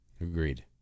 Agreed